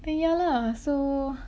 then yeah lah so